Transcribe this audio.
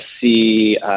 see